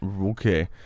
Okay